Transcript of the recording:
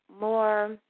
more –